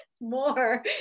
more